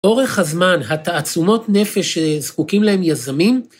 אורך הזמן, התעצומות נפש, שזקוקים להן יזמים,